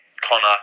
Connor